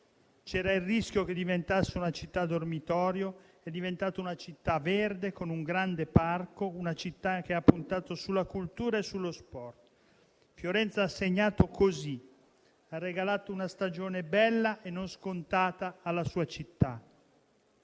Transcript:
C'era il rischio che diventasse una città dormitorio: è diventata una città verde, con un grande parco, una città che ha puntato sulla cultura e sullo sport. Fiorenza ha segnato così, ha regalato una stagione bella e non scontata alla sua città.